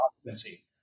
occupancy